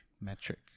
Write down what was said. metric